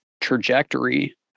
trajectory